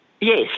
yes